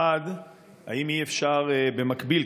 1. האם אי-אפשר במקביל,